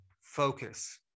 focus